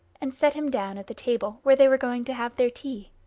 and set him down at the table where they were going to have their tea.